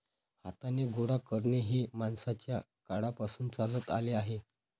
हाताने गोळा करणे हे माणसाच्या काळापासून चालत आले आहे